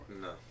No